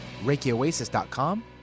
ReikiOasis.com